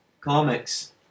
comics